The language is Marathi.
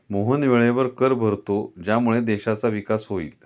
मोहन वेळेवर कर भरतो ज्यामुळे देशाचा विकास होईल